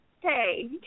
Hey